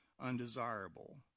undesirable